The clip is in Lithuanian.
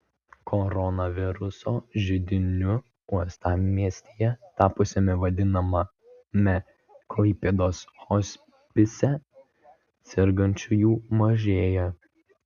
koronaviruso židiniu uostamiestyje tapusiame vadinamame klaipėdos hospise sergančiųjų mažėja